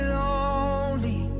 lonely